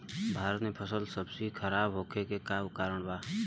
भारत में फल सब्जी खराब होखे के का कारण बा?